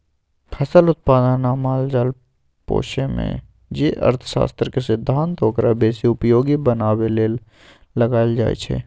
फसल उत्पादन आ माल जाल पोशेमे जे अर्थशास्त्र के सिद्धांत ओकरा बेशी उपयोगी बनाबे लेल लगाएल जाइ छइ